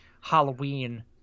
Halloween